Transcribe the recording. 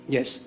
Yes